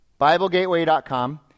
BibleGateway.com